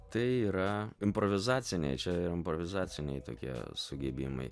tai yra improvizaciniai čia yra improvizaciniai tokie sugebėjimai